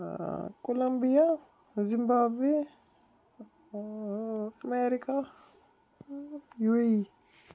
Colombia Zimbabwe America U A E